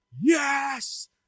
Yes